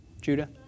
Judah